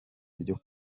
byo